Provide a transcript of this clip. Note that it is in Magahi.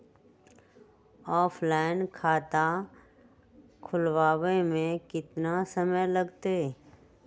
ऑफलाइन खाता खुलबाबे में केतना समय लगतई?